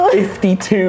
52